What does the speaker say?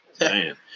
Man